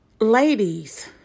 ladies